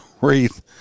wreath